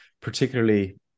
particularly